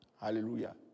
Hallelujah